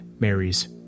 Mary's